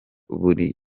muri